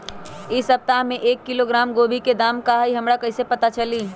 इ सप्ताह में एक किलोग्राम गोभी के दाम का हई हमरा कईसे पता चली?